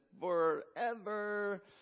forever